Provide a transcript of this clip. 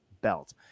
belt